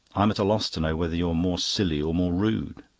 i'm at a loss to know whether you're more silly or more rude.